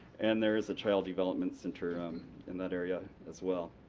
and there is a child development center um in that area, as well.